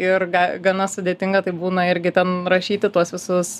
ir ga gana sudėtinga tai būna irgi ten rašyti tuos visus